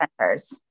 centers